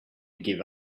give